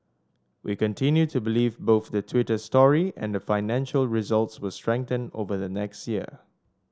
we continue to believe both the Twitter story and financial results will strengthen over the next year